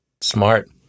Smart